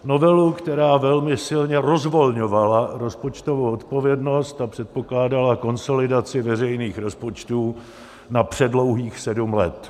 Novelu, která velmi silně rozvolňovala rozpočtovou odpovědnost a předpokládala konsolidaci veřejných rozpočtů na předlouhých sedm let.